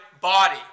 body